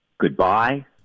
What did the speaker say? goodbye